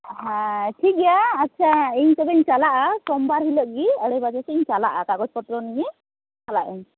ᱦᱮᱸ ᱴᱷᱤᱠ ᱜᱮᱭᱟ ᱟᱪᱪᱷᱟ ᱤᱧ ᱛᱚᱵᱮᱧ ᱪᱟᱞᱟᱜᱼᱟ ᱥᱳᱢᱵᱟᱨ ᱦᱤᱞᱳᱜ ᱜᱮ ᱤᱧ ᱪᱟᱞᱟᱜᱼᱟ ᱠᱟᱜᱚᱡᱽ ᱯᱚᱛᱨᱚ ᱱᱤᱭᱮ ᱪᱟᱞᱟᱜ ᱟᱹᱧ